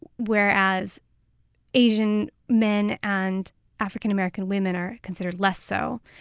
whereas asian men and african-american women are considered less so.